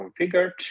configured